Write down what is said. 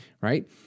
right